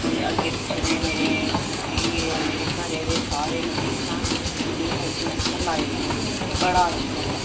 मतलब कि अग्गें पिच्छें दे मेरे मतलब कि मेरे घरै दे सारे मतलब तुसें इन्नियां सब्जियां तुसें लाई दियां मतलब बड़ा अच्छा लगदा